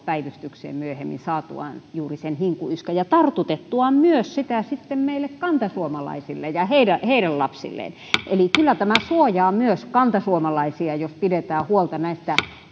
päivystykseen myöhemmin saatuaan juuri sen hinkuyskän ja tartutettuaan sitä sitten myös kantasuomalaisille ja heidän heidän lapsilleen eli kyllä tämä suojaa myös kantasuomalaisia jos pidetään huolta näistä